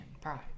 pride